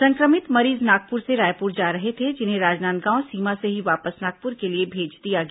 संक्रमित मरीज नागपुर से रायपुर जा रहे थे जिन्हें राजनांदगांव सीमा से ही वापस नागपुर के लिए भेज दिया गया